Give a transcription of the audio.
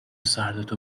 سردتو